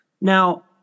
Now